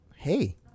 Hey